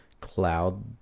cloud